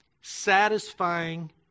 satisfying